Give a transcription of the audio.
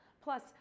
Plus